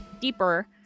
deeper